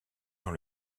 dans